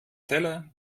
teller